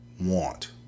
want